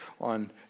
on